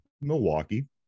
milwaukee